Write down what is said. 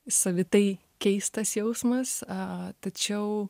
savitai keistas jausmas a tačiau